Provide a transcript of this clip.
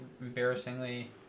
embarrassingly